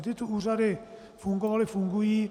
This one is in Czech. Tyto úřady fungovaly, fungují.